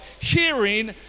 hearing